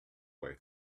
way